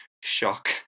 shock